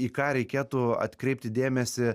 į ką reikėtų atkreipti dėmesį